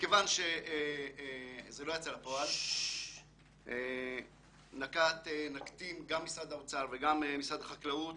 מכיוון שזה לא יצא לפועל גם משרד האוצר וגם משרד החקלאות